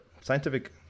scientific